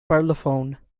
parlofoon